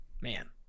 Man